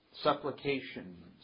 supplications